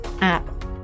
app